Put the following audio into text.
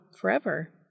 forever